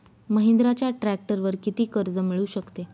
महिंद्राच्या ट्रॅक्टरवर किती कर्ज मिळू शकते?